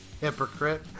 hypocrite